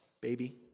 Baby